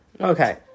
Okay